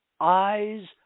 eyes